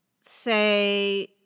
say